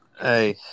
Hey